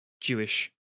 Jewish